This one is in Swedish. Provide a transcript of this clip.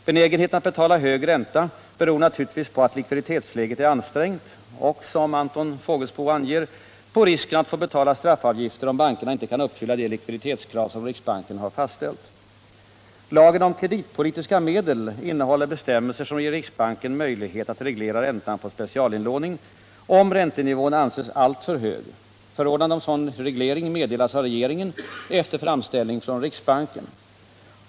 Benägenheten att betala hög ränta beror naturligtvis på att likviditetsläget är ansträngt och — som Anton Fågelsbo anger — på risken att få betala straffavgifter, om bankerna inte kan uppfylla de likviditetskrav som riksbanken har fastställt. Lagen om kreditpolitiska medel innehåller bestämmelser som ger riksbanken möjlighet att reglera räntan på specialinlåning, om räntenivån anses alltför hög. Förordnande om sådan räntereglering meddelas av regeringen efter framställning från riksbanken.